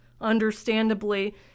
understandably